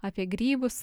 apie grybus